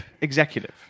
executive